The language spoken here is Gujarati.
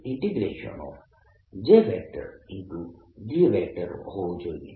da હોવું જોઈએ